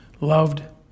loved